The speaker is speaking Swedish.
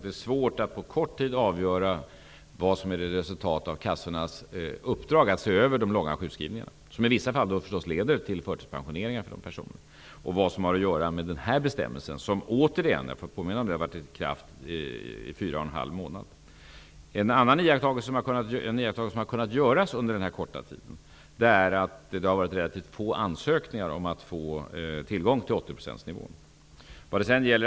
Det är svårt att på kort tid avgöra vad som är resultatet av kassornas uppdrag att se över de långa sjukskrivningarna, som i vissa fall givetvis leder till förtidspensioneringar, samt det som har att göra med denna bestämmelse, som har varit i kraft 4,5 månader. En annan iakttagelse som har kunnat göras under denna korta tid är att det inkommit relativt få ansökningar om att få tillgång till 80-procentsnivån.